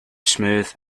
smooth